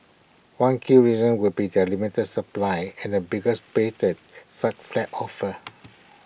one key reason would be their limited supply and the bigger space that such flats offer